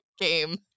game